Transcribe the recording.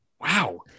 Wow